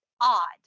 odd